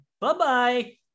Bye-bye